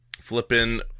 flipping